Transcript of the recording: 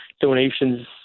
donations